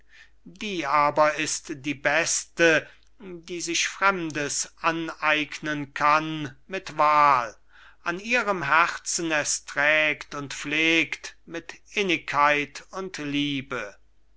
die aber ist die beste die sich fremdes aneignen kann mit wahl an ihrem herzen es trägt und pflegt mit innigkeit und liebe